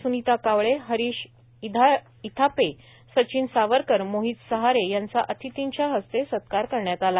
स्नीता कावळे हरीश इथापे सचिन सावरकर मोहित सहारे यांचा अतिथींच्या हस्ते सत्कार करण्यात आला